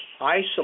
isolate